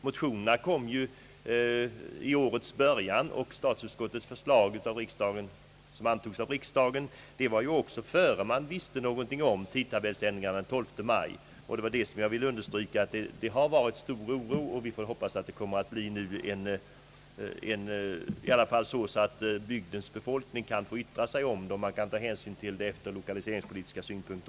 Motionerna kom vid årets början, och statsutskottets förslag, som antogs av riksdagen, framlades också innan man visste någonting om tidtabellsändringarna den 12 maj. Det var därför jag ville understryka att det har rått stor oro i denna fråga. Vi får hoppas att bygdens befolkning i varje särskilt fall skall kunna få yttra sig om sådana här nedläggningar och att man även kan ta hänsyn till lokaliseringspolitiska synpunkter.